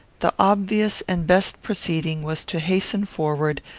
the obvious and best proceeding was to hasten forward,